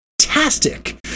fantastic